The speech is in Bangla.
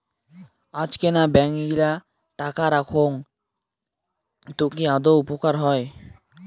আজকেনা ব্যাঙ্ক গিলা টাকা রাখঙ তো কি আদৌ উপকার হই?